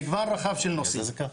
מגוון רחב של נושאים.